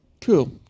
Cool